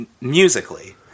musically